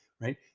right